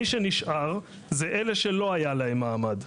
מי שנשאר, זה אלה שלא היה להם מעמד.